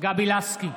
גבי לסקי,